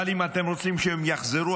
אבל אם אתם רוצים שהם יחזרו,